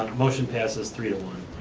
ah motion passes, three to one.